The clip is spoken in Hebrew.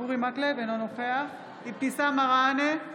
אינו נוכח אבתיסאם מראענה,